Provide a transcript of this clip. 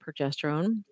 progesterone